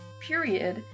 period